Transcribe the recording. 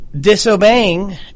disobeying